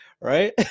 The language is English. Right